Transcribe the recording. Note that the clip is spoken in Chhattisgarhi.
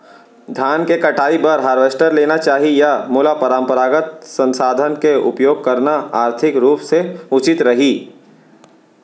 धान के कटाई बर हारवेस्टर लेना चाही या मोला परम्परागत संसाधन के उपयोग करना आर्थिक रूप से उचित रही?